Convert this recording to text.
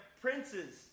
princes